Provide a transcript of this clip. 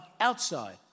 outside